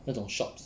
那种 shops